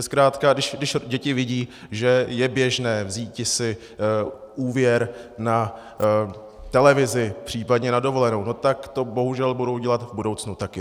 Zkrátka když děti vidí, že je běžné vzíti si úvěr na televizi, případně na dovolenou, tak to bohužel budou dělat v budoucnu taky.